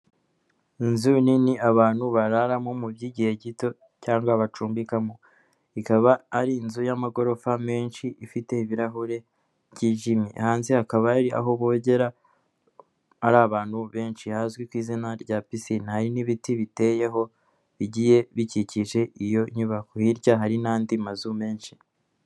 Inzu nini abantu bararamo mu by'igihe gito cyangwa bacumbikamo. Ikaba ari inzu y'amagorofa menshi, ifite ibirahure byijimye. Hanze hakaba hari aho bogera ari abantu benshi hazwi ku izina rya pisine, hari n'ibiti biteyeho bigiye bikikije iyo nyubako. Hirya hari n'andi mazu menshi.